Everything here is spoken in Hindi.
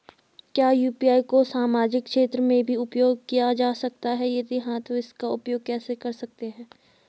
क्या यु.पी.आई को सामाजिक क्षेत्र में भी उपयोग किया जा सकता है यदि हाँ तो इसका उपयोग कैसे कर सकते हैं?